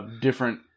Different